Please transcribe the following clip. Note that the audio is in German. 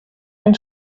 ein